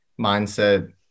mindset